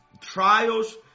trials